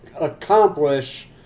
accomplish